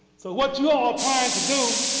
so what you all are trying to do,